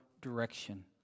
direction